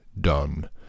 done